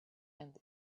and